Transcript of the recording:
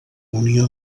unió